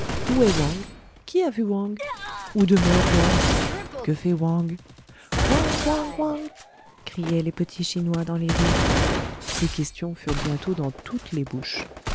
qui a vu wang où demeure wang que fait wang wang wang wang criaient les petits chinois dans les rues ces questions furent bientôt dans toutes les bouches